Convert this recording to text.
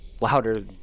louder